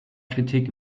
kritik